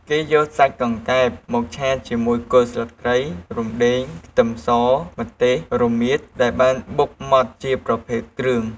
គេយកសាច់កង្កែបមកឆាជាមួយ គល់ស្លឹកគ្រៃ រំដេង ខ្ទឹមស ម្ទេស រមៀត ដែលបានបុកម៉ត់ជាប្រភេទគ្រឿង។